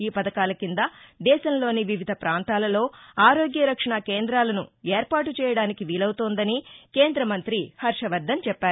ఈ పధకాల కింద దేశంలోని వివిధ పాంతాలలో ఆరోగ్య రక్షణ కేందాలను ఏర్పాటు చేయడానికి వీలవుతోందని కేంద్ర మంతి హర్షవర్దన్ చెప్పారు